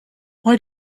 why